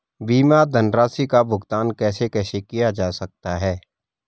बीमा धनराशि का भुगतान कैसे कैसे किया जा सकता है?